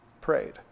prayed